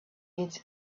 its